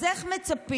אז איך מצפים,